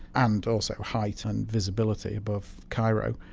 and also height and visibility but of cairo,